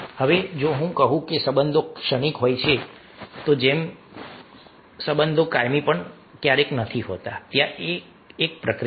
હવે જો હું કહું કે સંબંધો ક્ષણિક હોય છે જેમ કે હું કહું છું કે કોઈ પણ સંબંધો કાયમી નથી હોતા ત્યાં એક પ્રક્રિયા છે